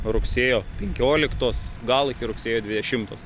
rugsėjo penkioliktos gal iki rugsėjo dvidešimtos